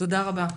תודה רבה.